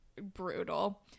brutal